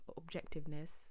objectiveness